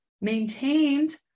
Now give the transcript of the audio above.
maintained